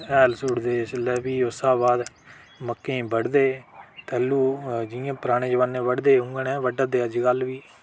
हैल सुट्टदे जेल्लै फ्ही उस्सै बाद मक्कें गी बढदे थल्लुं जियां पराने जमाने बढदे उ'यां न बड्ढै दे अज्जकल बी